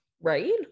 Right